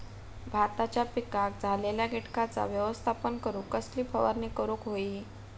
भाताच्या पिकांक झालेल्या किटकांचा व्यवस्थापन करूक कसली फवारणी करूक होई?